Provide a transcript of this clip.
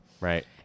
Right